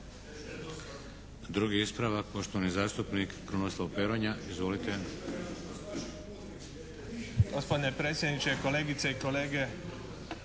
Drugi ispravak, poštovani zastupnik Krunoslav Peronja. Izvolite. **Peronja, Kruno (HDZ)** Gospodine predsjedniče, kolegice i kolege.